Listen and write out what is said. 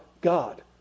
God